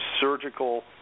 surgical